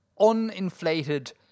uninflated